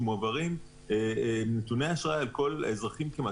שמועברים נתוני אשראי על כל האזרחים כמעט,